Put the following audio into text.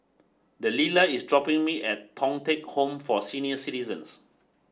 Delila is dropping me off at Thong Teck Home for Senior Citizens